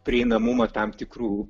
prieinamumą tam tikrų